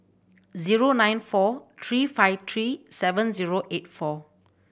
zero nine four three five three seven zero eight four